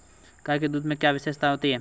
गाय के दूध की क्या विशेषता है?